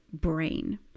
brain